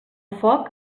foc